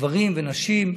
גברים ונשים.